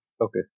Okay